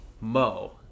Mo